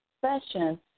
session